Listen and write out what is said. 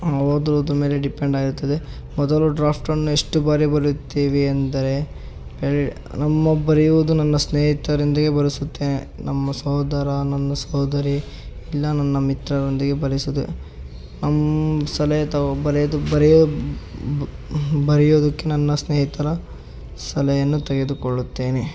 ಓದೋದ್ರ ಮೇಲೆ ಡಿಪೆಂಡ್ ಆಗಿರುತ್ತದೆ ಮೊದಲು ಡ್ರಾಫ್ಟನ್ನು ಎಷ್ಟು ಬಾರಿ ಬರೆಯುತ್ತೇವೆ ಎಂದರೆ ನಮ್ಮ ಬರೆಯುವುದು ನನ್ನ ಸ್ನೇಹಿತರೊಂದಿಗೆ ಬರೆಸುತ್ತೇನೆ ನಮ್ಮ ಸೋದರ ನನ್ನ ಸೋದರಿ ಇಲ್ಲ ನನ್ನ ಮಿತ್ರರೊಂದಿಗೆ ಬರೆಯೋ ಬರೆಯೋದಕ್ಕೆ ನನ್ನ ಸ್ನೇಹಿತರ ಸಲಹೆಯನ್ನು ತೆಗೆದುಕೊಳ್ಳುತ್ತೇನೆ